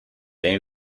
they